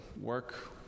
work